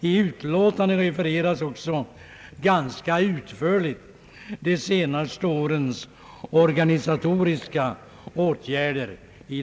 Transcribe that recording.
I utlåtandet refereras också ganska utförligt de senaste årens organisatoriska åtgärder.